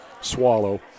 swallow